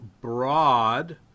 broad